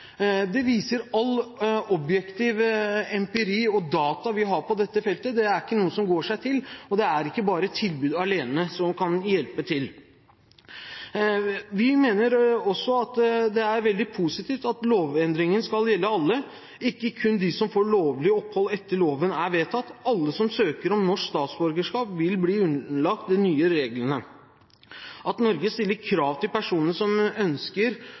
Det viser all objektiv empiri og data vi har på dette feltet. Dette er ikke noe som går seg til, og det er ikke bare tilbud alene som kan hjelpe til med dette. Vi mener også at det er veldig positivt at lovendringen skal gjelde alle, ikke kun dem som får lovlig opphold etter at loven er vedtatt. Alle som søker om norsk statsborgerskap, vil bli underlagt de nye reglene. At Norge stiller krav til personer som ønsker